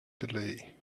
delay